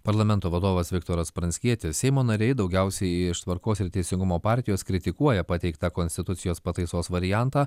parlamento vadovas viktoras pranckietis seimo nariai daugiausiai iš tvarkos ir teisingumo partijos kritikuoja pateiktą konstitucijos pataisos variantą